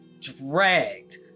dragged